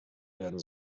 werden